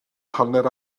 hanner